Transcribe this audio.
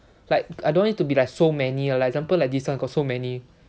like I don't want it to be like so many like example like this one got so many